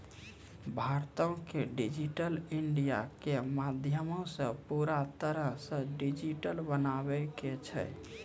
भारतो के digital India के माध्यमो से पूरा तरहो से डिजिटल बनाबै के छै